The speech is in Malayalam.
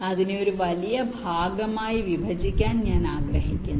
അതിനെ ഒരു വലിയ ഭാഗമായി വിഭജിക്കാൻ ഞാൻ ആഗ്രഹിക്കുന്നു